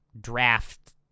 draft